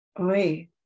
Oi